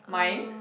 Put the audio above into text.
uh